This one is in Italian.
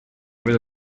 vedo